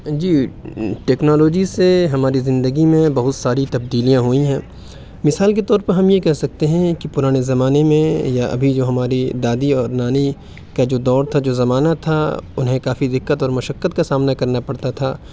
جی technology سے ہماری زندگی میں بہت ساری تبدیلیاں ہوئی ہیں مثال کے طور پر ہم یہ کہہ سکتے ہیں کہ پُرانے زمانے میں یا ابھی جو ہماری دادی اور نانی کا جو دور تھا جو زمانہ تھا اُنہیں کافی دقت اور مشّقت کا سامنا کرنا پڑتا تھا